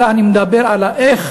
אלא אני מדבר על האיך.